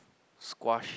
squash